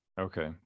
Okay